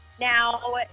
now